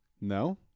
No